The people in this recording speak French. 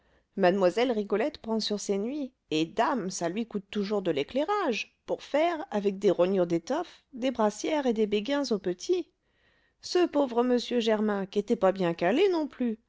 mlle rigolette prend sur ses nuits et dame ça lui coûte toujours de l'éclairage pour faire avec des rognures d'étoffes des brassières et des béguins aux petits ce pauvre m germain qu'était pas bien calé non plus